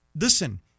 listen